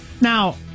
now